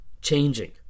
changing